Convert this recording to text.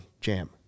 jam